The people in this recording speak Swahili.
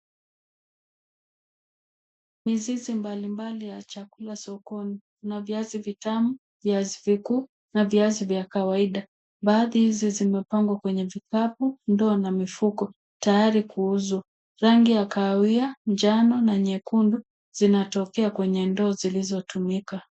Mizizi mbalimbali ya chakula sokoni. Kuna viazi vitamu, viazi vikuu na viazi za kawaida baadhi hizi zimepangwa kwa vikapu, mandoo na mifuko tayari kuuzwa rangi ya kahawia, njano na nyekundu zinatokea kwenye ndoo zilizotumika.